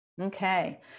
Okay